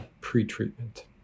pre-treatment